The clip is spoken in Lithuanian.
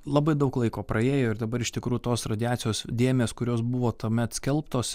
labai daug laiko praėjo ir dabar iš tikrųjų tos radiacijos dėmės kurios buvo tuomet skelbtos